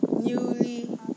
newly